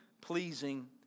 pleasing